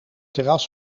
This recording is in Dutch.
terras